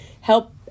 help